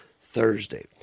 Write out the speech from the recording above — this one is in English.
Thursday